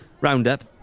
roundup